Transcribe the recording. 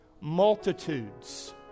multitudes